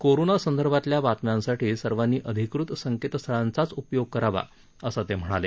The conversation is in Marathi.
कोरोना संदर्भातल्या बातम्यांसाठी सर्वांनी अधिकृत संकेतस्थळांचाच उपयोग करावा असं ते म्हणाले